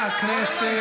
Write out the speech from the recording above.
חבר הכנסת גליק.